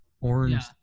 orange